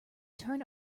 turn